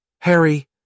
Harry